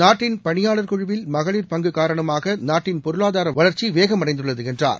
நாட்டின் பணியாளர் குழுவில் மகளிர் பங்கு காரணமாக நாட்டின் பொருளாதார வளர்ச்சி வேகம் அடைந்துள்ளது என்றார்